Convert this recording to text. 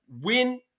win